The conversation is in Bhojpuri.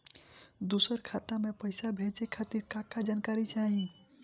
दूसर खाता में पईसा भेजे के खातिर का का जानकारी चाहि?